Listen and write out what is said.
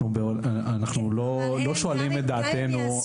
לא שואלים את דעתנו.